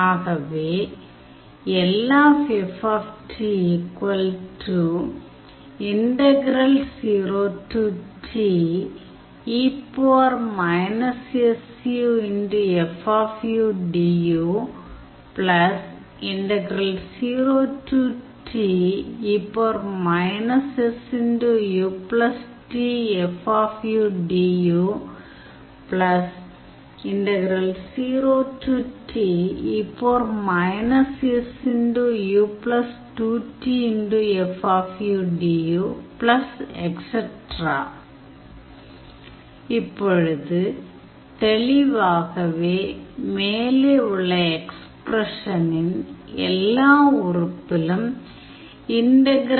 ஆகவே இப்பொழுது தெளிவாகவே மேலே உள்ள எக்ஸ்பிரஷனின் எல்லா உறுப்பிலும் இருக்கிற